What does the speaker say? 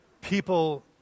people